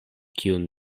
kiun